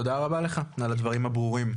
תודה רבה לך על הדברים הברורים,